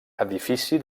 edifici